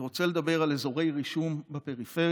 אני רוצה לדבר על אזורי רישום בפריפריה,